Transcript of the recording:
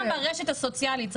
גם ברשת הסוציאלית,